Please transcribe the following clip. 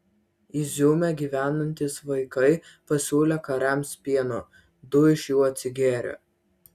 iziume gyvenantys vaikai pasiūlė kariams pieno du iš jų atsigėrė